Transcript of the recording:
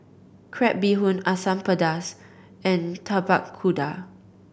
crab bee hoon Asam Pedas and Tapak Kuda